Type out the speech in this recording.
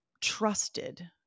trusted